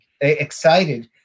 excited